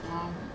oh